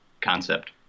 concept